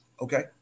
okay